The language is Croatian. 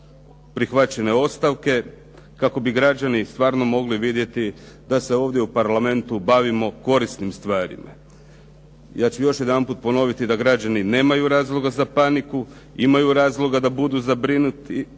prihvaćene ostavke kako bi građani stvarno mogli vidjeti da se ovdje u Parlamentu bavimo korisnim stvarima. Ja ću još jedanput ponoviti da građani nemaju razloga za paniku, imaju razloga da budu zabrinuti